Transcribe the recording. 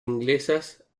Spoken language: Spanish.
inglesas